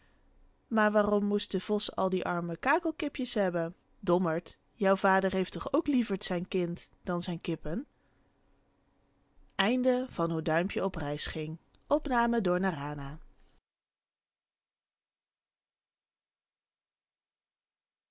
maar waarom moest de vos al die arme kakel kipjes hebben dommert jouw vader heeft toch ook liever zijn kind dan zijn